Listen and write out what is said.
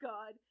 God